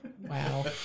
Wow